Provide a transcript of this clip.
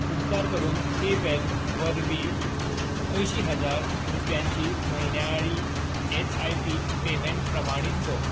उपकार करून पेपॅल वरवीं अयशीं हजार रुपयांची म्हयन्याळी एस आय पी पेमेंट प्रमाणीत कर